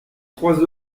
trois